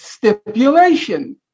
Stipulation